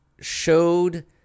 showed